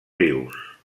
rius